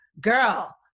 girl